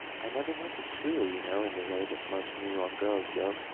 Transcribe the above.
i never went to school, you know, in the way that most new york girls go.